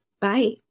Bye